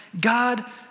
God